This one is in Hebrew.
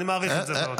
אני מעריך את זה מאוד.